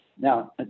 now